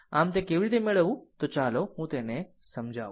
આમ તે કેવી રીતે મેળવવું ચાલો હું તેને સમજાવું